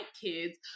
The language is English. kids